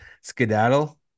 skedaddle